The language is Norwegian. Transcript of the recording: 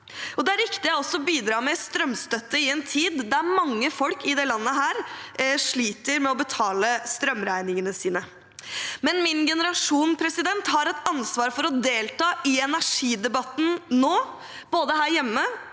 Det er også riktig av oss å bidra med strømstøtte i en tid da mange folk i dette landet sliter med å betale strømregningene sine. Min generasjon har et ansvar for å delta i energidebatten nå, både her hjemme